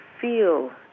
feel